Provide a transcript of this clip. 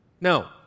No